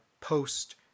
post